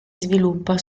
sviluppa